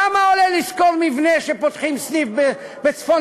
כמה עולה לשכור מבנה שפותחים בו סניף בצפון